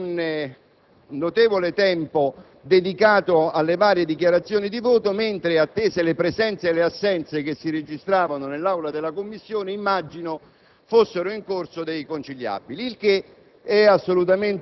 Inutile dire, signor Presidente, che vi è stato un notevole tempo dedicato alle varie dichiarazioni di voto, mentre, attese le presenze e le assenze che si registravano nell'Aula della Commissione, immagino